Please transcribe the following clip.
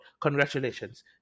congratulations